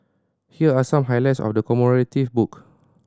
here are some highlights of the commemorative book